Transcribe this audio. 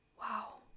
wow